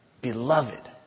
beloved